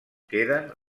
queden